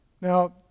Now